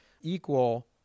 equal